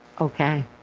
okay